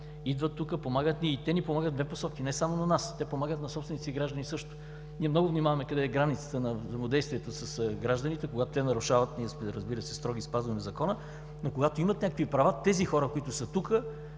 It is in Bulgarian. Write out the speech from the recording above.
Идват тук, помагат ни, и то в две посоки – не само на нас, помагат на собствените си граждани също. Много внимаваме къде е границата на взаимодействието с гражданите. Когато нарушават, ние сме, разбира се, строги, спазваме закона, но когато имат някакви права, хората, които са тук,